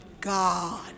God